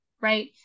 right